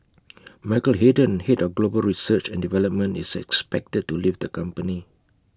Michael Hayden Head of global research and development is expected to leave the company